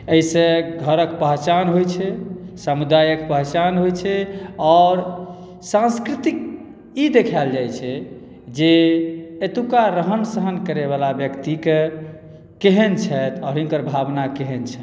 एहिसँ घरक पहचान होइत छै समुदायक पहचान होइत छै आओर सांस्कृतिक ई देखाएल जाइत छै जे एतुका रहन सहन करयवला व्यक्तिके केहन छथि आ हिनकर भावना केहन छनि